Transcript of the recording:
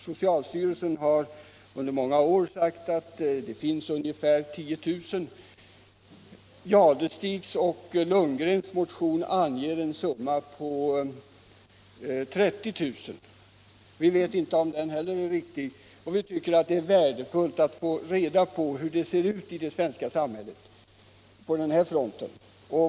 Socialstyrelsen har under många år uppgivit att det finns ungefär 10 000 narkotikamissbrukare i landet. I herrar Jadestigs och Lundgrens motion anges siffran 30 000. Vi vet inte om den siffran är riktig heller. Vi tycker att det är värdefullt att få reda på hur det ser ut i det svenska samhället på den här fronten.